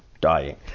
dying